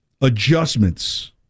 adjustments